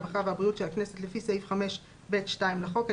הרווחה והבריאות של הכנסת לפי סעיף 5א(ב)(2) לחוק,